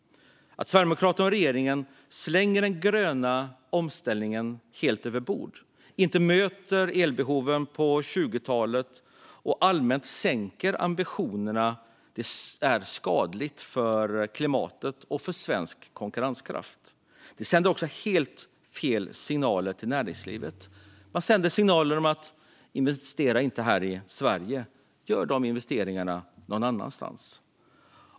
Att Sverigedemokraterna och regeringen slänger den gröna omställningen helt över bord, inte möter elbehoven på 2020-talet och allmänt sänker ambitionerna är skadligt för klimatet och för svensk konkurrenskraft. Det sänder helt fel signaler till näringslivet - att man inte ska investera här i Sverige utan någon annanstans.